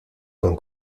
con